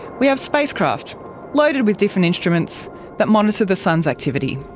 we have spacecraft loaded with different instruments that monitor the sun's activity.